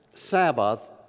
Sabbath